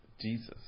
Jesus